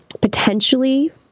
potentially